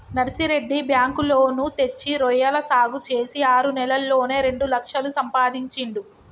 Narsireddy bank loan తెచ్చి రొయ్యల సాగు చేసి ఆరు నెలల్లోనే రెండు లక్షలు సంపాదించిండు